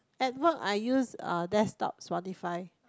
at work I use uh desktop Spotify